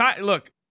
look